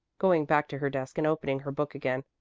going back to her desk and opening her book again.